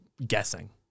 Guessing